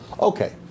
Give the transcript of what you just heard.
Okay